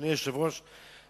אדוני היושב-ראש,